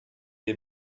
des